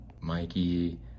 mikey